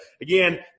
again